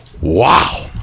Wow